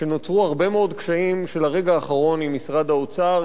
כשנוצרו הרבה מאוד קשיים של הרגע האחרון עם משרד האוצר,